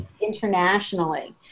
internationally